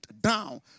down